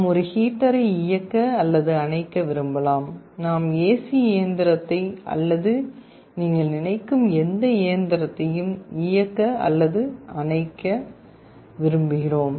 நாம் ஒரு ஹீட்டரை இயக்க அல்லது அணைக்க விரும்பலாம் நாம் ஏசி இயந்திரத்தை அல்லது நீங்கள் நினைக்கும் எதையும் இயக்க அல்லது அணைக்க விரும்புகிறோம்